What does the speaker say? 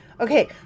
Okay